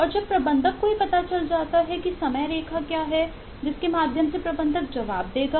और जब प्रबंधक को यह पता चल जाता है कि समयरेखा क्या है जिसके माध्यम से प्रबंधक जवाब देगा